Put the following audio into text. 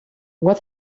what